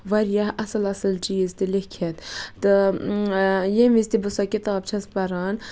واریاہ اصل اصل چیٖز تہِ لیٚکھِتھ تہٕ یمہِ وِز تہِ بہٕ سۄ کِتاب چھَس پَران